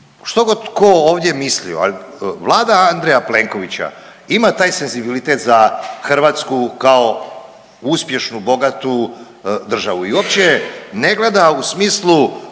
što god tko ovdje mislio ali Vlada Andreja Plenkovića ima taj senzibilitet za Hrvatsku kao uspješnu, bogatu državu i uopće je ne gleda u smislu